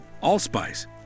allspice